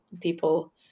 People